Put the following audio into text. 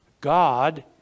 God